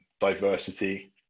diversity